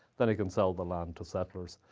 then he can sell the land to settlers.